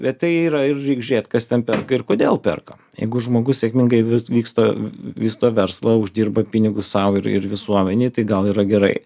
bet tai yra ir reik žiūrėt kas ten perka ir kodėl perka jeigu žmogus sėkmingai vis vyksta vysto verslą uždirba pinigus sau ir ir visuomenei tai gal yra gerai